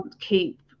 keep